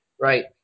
Right